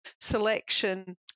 selection